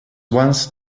once